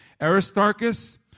Aristarchus